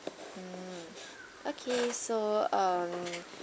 mm okay so um